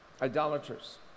Idolaters